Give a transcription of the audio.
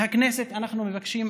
מהכנסת אנחנו מבקשים,